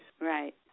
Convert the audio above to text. Right